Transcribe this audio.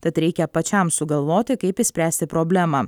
tad reikia pačiam sugalvoti kaip išspręsti problemą